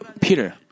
Peter